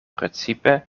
precipe